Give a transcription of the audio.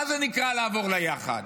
מה זה נקרא לעבור ליחד?